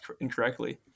incorrectly